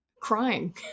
crying